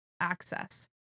access